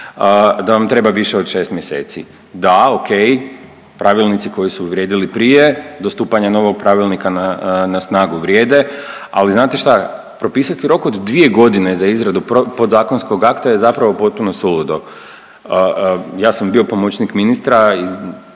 da vam treba više od 6 mjeseci. Da, ok, pravilnici koji su vrijedili prije do stupanja novog pravilnika na snagu vrijede, ali znate šta propisati rok od 2 godine za izradu podzakonskog akta je zapravo potpuno suludo. Ja sam bio pomoćnik ministra i